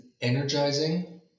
energizing